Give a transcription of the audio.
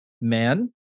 man